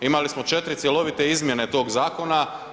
Imali smo 4 cjelovite izmjene tog zakona.